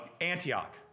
Antioch